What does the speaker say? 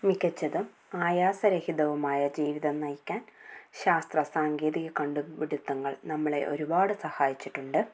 മികച്ചതും ആയാസരഹിതവുമായ ജീവിതം നയിക്കാൻ ശാസ്ത്രസാങ്കേതിക കണ്ടുപിടുത്തങ്ങൾ നമ്മളെ ഒരുപാട് സഹായിച്ചിട്ടുണ്ട്